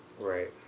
Right